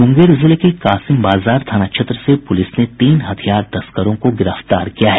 मुंगेर जिले कासिम बाजार थाना क्षेत्र से पुलिस ने तीन हथियार तस्करों को गिरफ्तार किया है